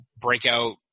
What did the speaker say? breakout